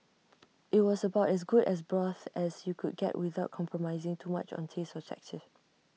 IT was about as good as broth as you could get without compromising too much on taste or texture